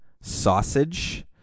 sausage